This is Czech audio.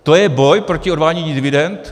To je boj proti odvádění dividend?